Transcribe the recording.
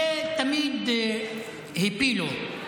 תמיד הפילו.